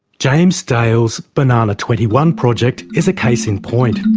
james dale's banana twenty one project is a case in point.